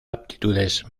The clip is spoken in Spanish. aptitudes